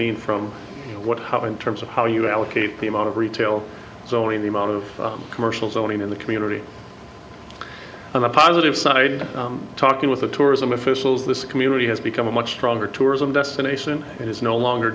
mean from what have in terms of how you allocate the amount of retail zoning the amount of commercial zoning in the community on the positive side talking with the tourism officials this community has become a much stronger tourism destination and it's no longer